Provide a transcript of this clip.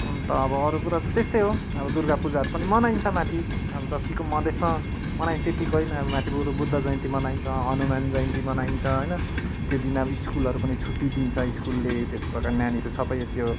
अन्त अब अरू कुरा त त्यस्तै हो अब दुर्गा पूजाहरू पनि मनाइन्छ माथि अब जत्तिको मधेसमा मनाइन्छ त्यत्तिको होइन अब माथि बरू बुद्ध जयन्ती मनाइन्छ हनुमान जयन्ती मनाइन्छ होइन त्यो दिन अब स्कुलहरू पनि छुट्टी दिइन्छ स्कुलले त्यस्तो प्रकारले नानीहरू सबै त्यो